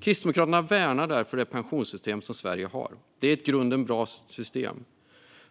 Kristdemokraterna värnar därför det pensionssystem som Sverige har. Det är i grunden ett bra system.